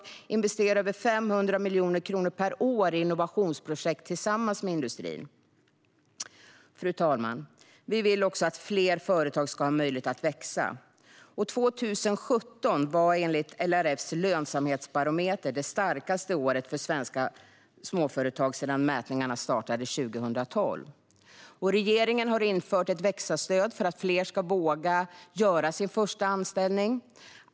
Vi investerar över 500 miljoner kronor per år i innovationsprojekt tillsammans med industrin. Fru talman! Vi vill också att fler företag ska ha möjlighet att växa. År 2017 var enligt LRF:s lönsamhetsbarometer det starkaste året för svenska småföretag sedan mätningarna startade 2012. Regeringen har infört ett växa-stöd för att fler ska våga göra sin första anställning.